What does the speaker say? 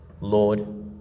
Lord